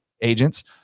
agents